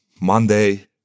Monday